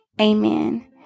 Amen